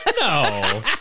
no